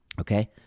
Okay